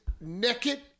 naked